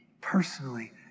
personally